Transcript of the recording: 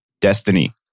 destiny